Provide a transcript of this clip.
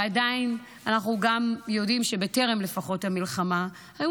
ועדיין אנחנו גם יודעים שלפחות טרם המלחמה היו